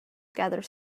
gathered